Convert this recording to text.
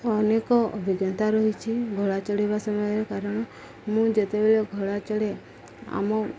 ଅନେକ ଅଭିଜ୍ଞତା ରହିଛି ଘୋଡ଼ା ଚଢ଼ିବା ସମୟରେ କାରଣ ମୁଁ ଯେତେବେଳେ ଘୋଡ଼ା ଚଢ଼େ ଆମ